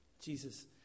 Jesus